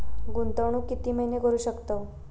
गुंतवणूक किती महिने करू शकतव?